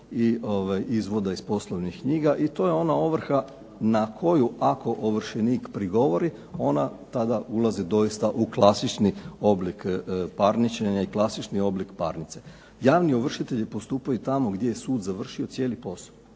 i izvoda iz poslovnih knjiga. I to je ona ovrha na koju ako ovršenik prigovori ona tada ulazi doista u klasični oblik parničenja i klasični oblik parnice. Javni ovršitelji postupaju tamo gdje je sud završio cijeli posao,